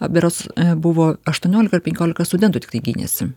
berods buvo aštuoniolika penkiolika studentų tiktai gynėsi